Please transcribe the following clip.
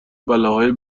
بلاهای